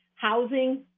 Housing